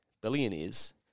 billionaires